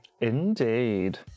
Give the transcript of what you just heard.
Indeed